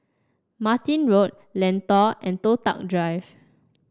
Martin Road Lentor and Toh Tuck Drive